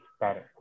better